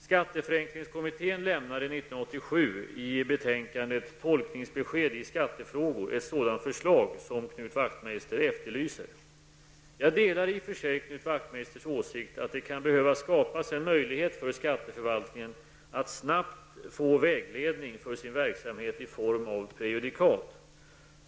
Jag delar i och för sig Knut Wachtmeisters åsikt att det kan behöva skapas en möjlighet för skatteförvaltningen att snabbt få vägledning för sin verksamhet i form av prejudikat.